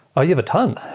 ah you have a ton.